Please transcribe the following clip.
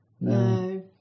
No